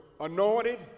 anointed